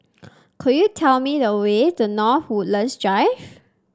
could you tell me the way to North Woodlands Drive